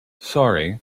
sorry